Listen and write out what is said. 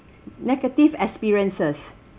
negative experiences